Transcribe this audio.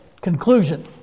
conclusion